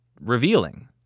revealing